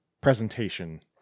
presentation